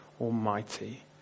Almighty